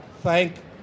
thank